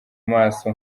maso